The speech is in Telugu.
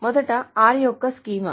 మొదట r యొక్క స్కీమా